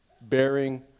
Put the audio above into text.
bearing